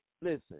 listen